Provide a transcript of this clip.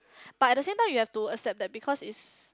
but at the same time you have to accept that because is